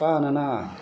बानो नाङा